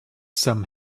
some